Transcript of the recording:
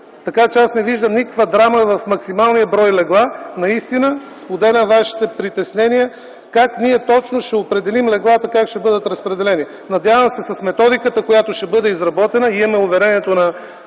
така че аз не виждам никаква драма в максималния брой легла. Наистина, споделям вашите притеснения за това как ние точно ще определим леглата и как ще бъдат разпределени. Надявам се с методиката, която ще бъде изработена, имаме уверението на